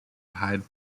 hyde